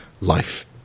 life